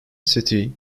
city